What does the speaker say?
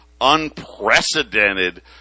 unprecedented